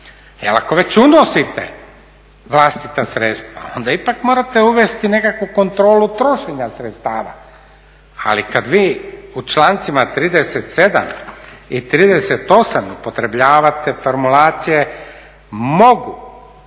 ako već unosite vlastita sredstva onda ipak morate uvesti nekakvu kontrolu trošenja sredstava. Ali kada vi u člancima 37.i 38.upotrebljavate formulacije mogu